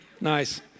Nice